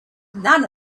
none